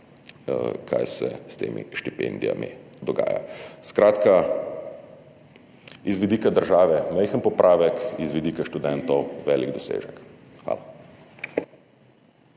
kaj se s temi štipendijami dogaja. Skratka, z vidika države majhen popravek, z vidika študentov velik dosežek. Hvala.